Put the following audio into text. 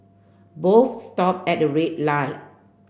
both stop at a red light